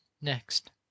next